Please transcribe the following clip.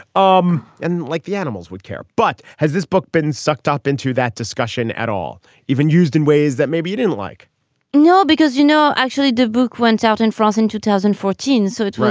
um and like the animals would care. but has this book been sucked up into that discussion at all even used in ways that maybe you didn't like no. because you know actually the book went out in france in two thousand and fourteen so it's right.